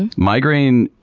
and migraine,